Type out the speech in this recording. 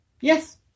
Yes